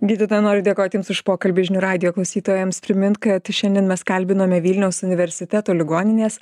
gydytoja noriu dėkoti jums už pokalbį žinių radijo klausytojams primint kad šiandien mes kalbinome vilniaus universiteto ligoninės